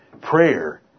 Prayer